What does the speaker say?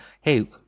hey